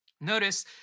Notice